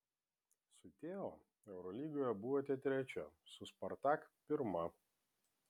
su teo eurolygoje buvote trečia su spartak pirma